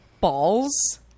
balls